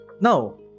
No